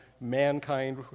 mankind